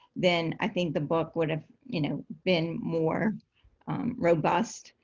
then i think the book would've you know been more robust.